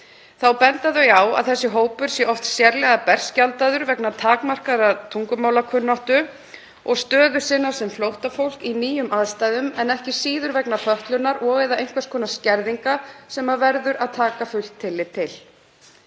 Þá benda þau á að þessi hópur sé oft sérlega berskjaldaður vegna takmarkaðrar tungumálakunnáttu og stöðu sinnar sem flóttafólk í nýjum aðstæðum en ekki síður vegna fötlunar og/eða einhvers konar skerðinga sem verður að taka fullt tillit til.